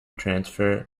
transfer